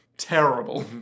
terrible